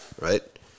right